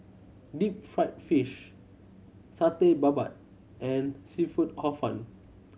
deep fried fish Satay Babat and seafood Hor Fun